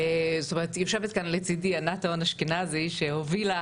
יושבת כאן לצדי ענת טהון אשכנזי שהובילה